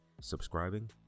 subscribing